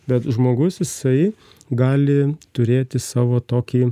bet žmogus jisai gali turėti savo tokį